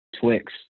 Twix